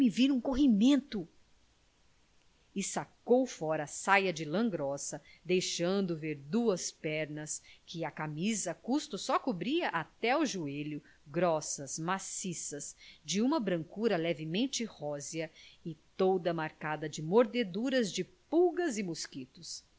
um corrimento e sacou fora a saia de lã grossa deixando ver duas pernas que a camisa a custo só cobria até o joelho grossas maciças de uma brancura levemente rósea e toda marcada de mordeduras de pulgas e mosquitos